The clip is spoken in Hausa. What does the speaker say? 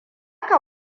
ka